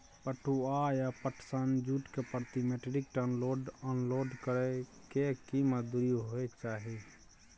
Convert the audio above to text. पटुआ या पटसन, जूट के प्रति metric ton load unload करै के की मजदूरी होय चाही?